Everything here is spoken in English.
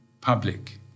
public